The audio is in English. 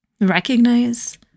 Recognize